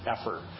effort